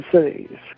Cities